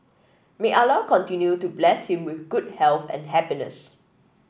may Allah continue to bless him with good health and happiness